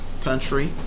country